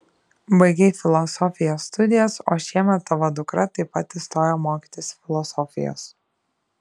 baigei filosofijos studijas o šiemet tavo dukra taip pat įstojo mokytis filosofijos